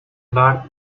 bart